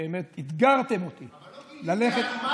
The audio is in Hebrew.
באמת, אתגרתם אותי, אבל לא גילית לנו מה